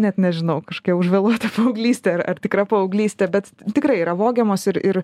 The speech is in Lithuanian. net nežinau kažkokia užvėluota paauglystė ar ar tikra paauglystė bet tikrai yra vogiamos ir ir